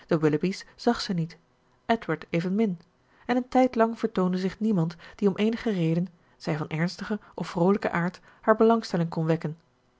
zag zij niet edward evenmin en een tijdlang vertoonde zich niemand die om eenige reden t zij van ernstigen of vroolijken aard haar belangstelling kon wekken